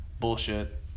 bullshit